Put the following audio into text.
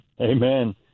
Amen